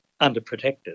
underprotected